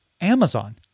Amazon